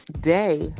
day